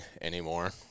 anymore